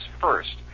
first